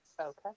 Okay